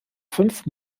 fünf